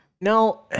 No